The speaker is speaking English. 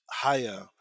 higher